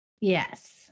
yes